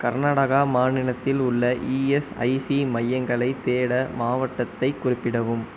கர்நாடகா மாநிலத்தில் உள்ள இஎஸ்ஐசி மையங்களைத் தேட மாவட்டத்தைக் குறிப்பிடவும்